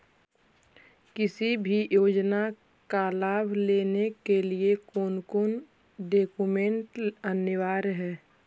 किसी भी योजना का लाभ लेने के लिए कोन कोन डॉक्यूमेंट अनिवार्य है?